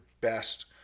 best